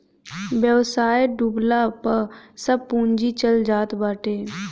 व्यवसाय डूबला पअ सब पूंजी चल जात बाटे